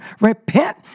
Repent